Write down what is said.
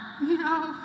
No